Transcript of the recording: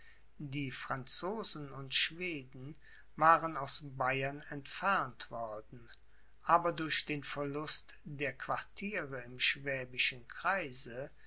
die franzosen und schweden waren aus bayern entfernt worden aber durch den verlust der quartiere im schwäbischen kreise